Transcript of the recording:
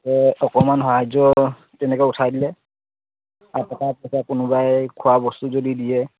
অকমান সাহাৰ্য তেনেকৈ উঠাই দিলে আৰু টকা পইচা কোনোবাই খোৱাবস্তু যদি দিয়ে